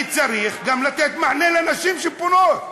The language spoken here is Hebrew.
אני צריך גם לתת מענה לנשים שפונות,